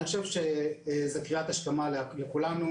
אני חושב שזאת קריאת השכמה לכולנו,